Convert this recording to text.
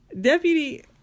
deputy